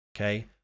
okay